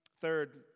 Third